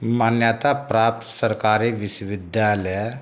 मान्यता प्राप्त सरकारी विश्वविद्यालय